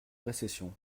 récession